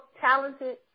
talented